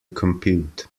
compute